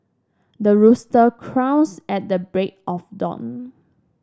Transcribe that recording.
the rooster crows at the break of dawn